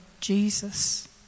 Jesus